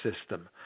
system